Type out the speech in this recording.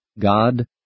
God